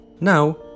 Now